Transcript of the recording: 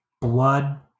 blood